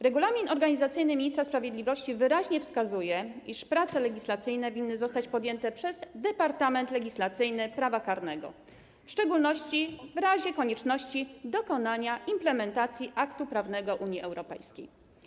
Regulamin organizacyjny Ministerstwa Sprawiedliwości wyraźnie wskazuje, iż prace legislacyjne winny zostać podjęte przez Departament Legislacyjny Prawa Karnego, w szczególności w razie konieczności dokonania implementacji aktu prawnego Unii Europejskiej.